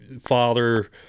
father